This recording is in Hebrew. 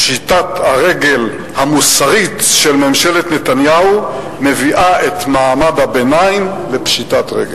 פשיטת הרגל המוסרית של ממשלת נתניהו מביאה את מעמד הביניים לפשיטת רגל.